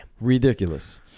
ridiculous